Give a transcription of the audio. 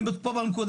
נמצא